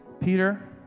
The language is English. Peter